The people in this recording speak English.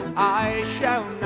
i shall